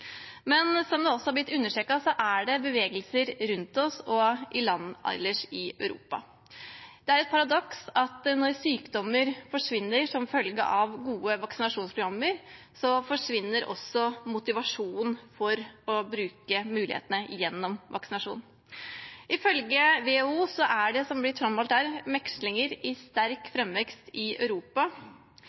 Men som det har blitt understreket, er det bevegelser rundt oss og i landene ellers i Europa. Det er et paradoks at når sykdommer forsvinner som følge av gode vaksinasjonsprogrammer, forsvinner også motivasjonen for å bruke mulighetene gjennom vaksinasjon. Ifølge WHO – som det har blitt framholdt her – er meslinger i sterk framvekst i Europa. Når foreldrene takker nei, er det, som